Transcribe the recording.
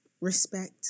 respect